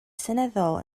seneddol